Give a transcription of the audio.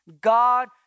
God